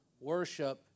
worship